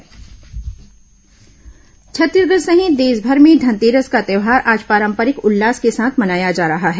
धनतेरस छत्तीसगढ़ सहित देशभर में धनतेरस का त्यौहार आज पारंपरिक उल्लास के साथ मनाया जा रहा है